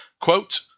Quote